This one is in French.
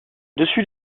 dessus